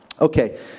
Okay